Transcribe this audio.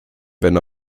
wenn